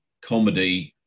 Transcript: Comedy